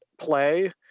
play